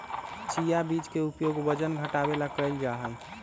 chia बीज के उपयोग वजन घटावे ला कइल जाहई